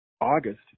August